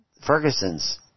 Ferguson's